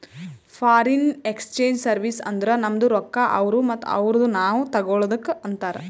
foreign exchange service ಅಂದುರ್ ನಮ್ದು ರೊಕ್ಕಾ ಅವ್ರು ಮತ್ತ ಅವ್ರದು ನಾವ್ ತಗೊಳದುಕ್ ಅಂತಾರ್